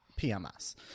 pms